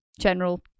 general